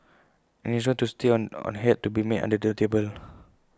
any arrangement to stay on had to be made under the table